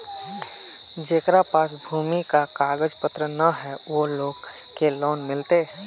जेकरा पास भूमि का कागज पत्र न है वो लोग के लोन मिलते?